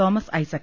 Thomas ഐസ ക്